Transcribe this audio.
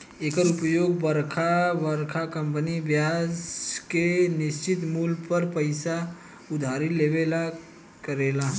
एकर उपयोग बरका बरका कंपनी ब्याज के निश्चित मूल पर पइसा उधारी लेवे ला करेले